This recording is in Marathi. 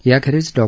याखेरीज डॉ